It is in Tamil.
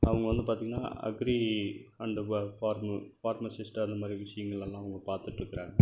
அவங்க வந்து பார்த்தீங்ன்னா அக்ரி அந்த பார் ஃபார்மசிஸ்ட் அந்த மாதிரி விஷயங்களெல்லாம் அவங்க பார்த்துட்ருக்குறாங்க